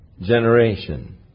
generation